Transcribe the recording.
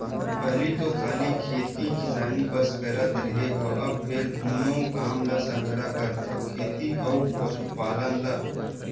पहिली तो खाली खेती किसानी बस करत रेहे हँव, अब फेर दूनो काम ल संघरा करथव खेती ल अउ पसुपालन ल